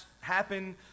happen